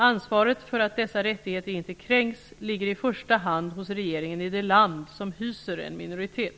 Ansvaret för att dessa rättigheter inte kränks ligger i första hand hos regeringen i det land som hyser en minoritet.